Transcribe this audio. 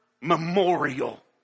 memorial